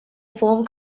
form